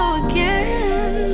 again